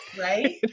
right